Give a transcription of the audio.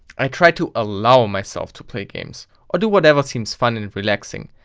i try to allow myself to play games. or do whatever seems fun and relaxing.